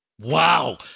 Wow